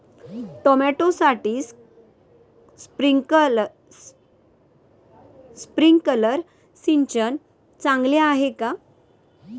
टोमॅटोसाठी स्प्रिंकलर सिंचन चांगले आहे का?